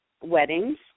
weddings